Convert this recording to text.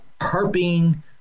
harping